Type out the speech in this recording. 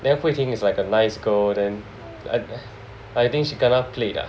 then Hui Ting is like a nice girl then I I think she kena played ah